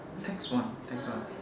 tax one tax one